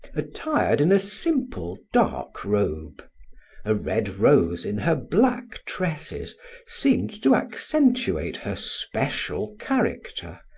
attired in a simple, dark robe a red rose in her black tresses seemed to accentuate her special character,